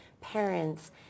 parents